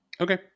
Okay